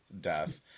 death